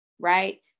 right